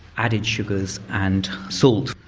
added sugars and salt.